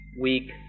weak